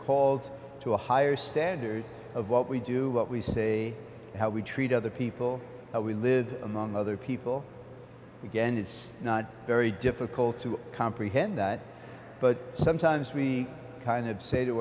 called to a higher standard of what we do what we say how we treat other people how we live among other people again it's not very difficult to comprehend that but sometimes we kind of say to